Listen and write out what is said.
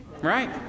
right